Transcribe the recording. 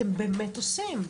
אתם באמת עושים,